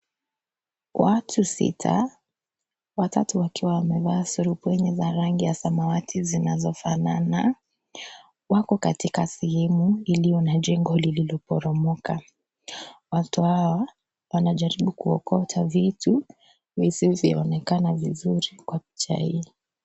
Watu sita. Watatu wakiwa wamevaa surupwenye za rangi ya samawati zinazofanana. Wako katika sehemu iliyo na jjengo lililoporomoka. Watu hao wanajaribu kuokota vitu visivyoonekana vizuri kw picha hili.